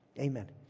Amen